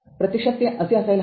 प्रत्यक्षात ते असे असायला हवे